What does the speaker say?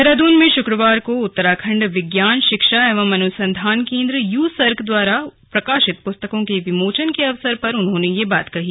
देहरादून में शुक्रवार को उत्तराखण्ड विज्ञान शिक्षा एवं अनुसंधान केन्द्र यू सर्क द्वारा प्रकाशित पुस्तकों के विमोचन के अवसर पर उन्होंने ये बात कही